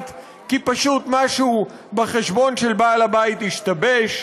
כי פשוט משהו בחשבון של בעל-הבית השתבש,